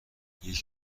یکی